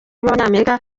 b’abanyamerika